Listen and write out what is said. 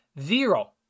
zero